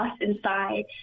inside